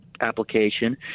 application